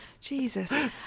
Jesus